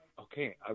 okay